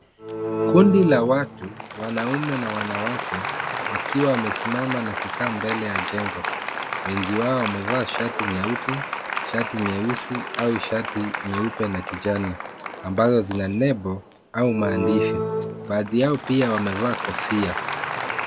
Kundi la watu wanaume na wanawake wakiwa wamesimama na kukaa mbele ya jengo ,wengi wao wamevaa shati nyeupe, shati nyeusi ,au shati nyeupe na kijani ambazo zina nembo au maandishi ,baadhi yao pia wamevaa kofia.